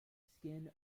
skin